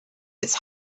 its